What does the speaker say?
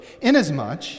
Inasmuch